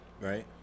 Right